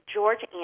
George